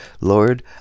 Lord